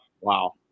Wow